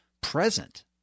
present